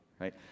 right